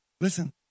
Listen